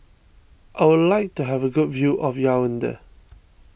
I would like to have a good view of Yaounde